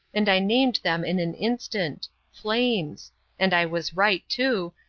and i named them in an instant flames and i was right, too,